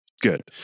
good